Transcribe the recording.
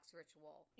ritual